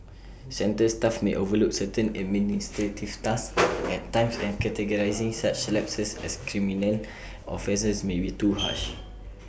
centre staff may overlook certain administrative tasks at times and categorising such lapses as criminal offences may be too harsh